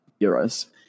Euros